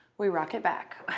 we rock it back.